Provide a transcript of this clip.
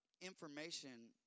information